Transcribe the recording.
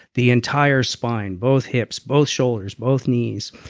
the entire spine, both hips both shoulders, both knees.